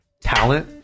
talent